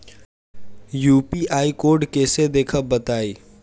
UPI code कैसे देखब बताई?